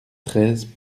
treize